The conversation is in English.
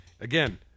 again